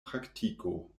praktiko